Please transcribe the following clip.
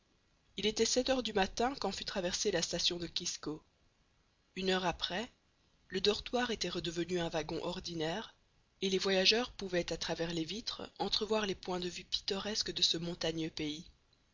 il était sept heures du matin quand fut traversée la station de cisco une heure après le dortoir était redevenu un wagon ordinaire et les voyageurs pouvaient à travers les vitres entrevoir les points de vue pittoresques de ce montagneux pays